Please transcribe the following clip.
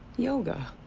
yoga.